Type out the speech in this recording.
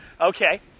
Okay